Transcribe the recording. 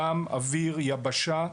ים, אוויר, יבשה.